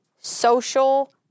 Social